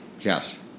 Yes